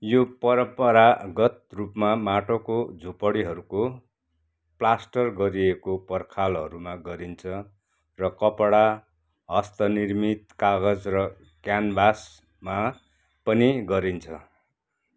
यो परम्परागत रूपमा माटोको झुपडीहरूको प्लास्टर गरिएको पर्खालहरूमा गरिन्छ र कपडा हस्तनिर्मित कागज र क्यानभासमा पनि गरिन्छ